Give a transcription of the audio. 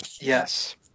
Yes